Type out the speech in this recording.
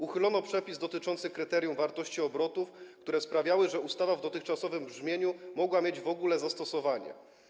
Uchylono przepis dotyczący kryterium wartości obrotów, które sprawiało, że ustawa w dotychczasowym brzmieniu w niewielkim stopniu mogła mieć w ogóle zastosowanie.